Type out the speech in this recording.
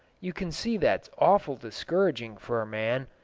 you can see that's awful discouraging for a man,